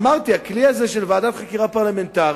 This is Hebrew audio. אמרתי: הכלי הזה, של ועדת חקירה פרלמנטרית,